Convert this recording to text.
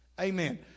Amen